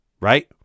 right